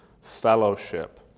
fellowship